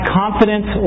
confidence